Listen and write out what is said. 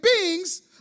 beings